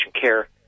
care